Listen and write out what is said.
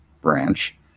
branch